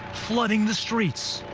flooding the streets,